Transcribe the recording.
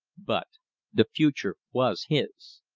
but the future was his.